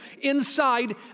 inside